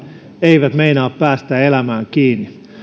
eivät meinaa päästä elämään kiinni